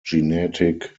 genetic